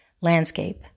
landscape